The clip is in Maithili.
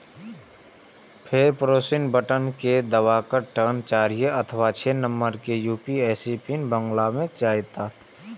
फेर प्रोसीड बटन कें दबाउ, तखन चारि अथवा छह नंबर के यू.पी.आई पिन मांगल जायत